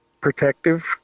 protective